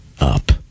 up